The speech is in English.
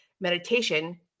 meditation